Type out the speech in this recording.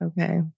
Okay